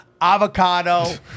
Avocado